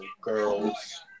girls